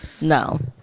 No